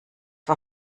war